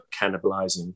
cannibalizing